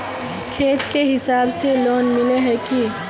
खेत के हिसाब से लोन मिले है की?